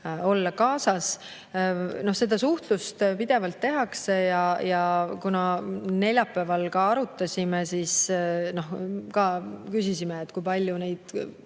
olla [kaasatud]. Seda suhtlust pidevalt tehakse. Ja kuna neljapäeval me arutasime ja ka küsisime, et kui palju neid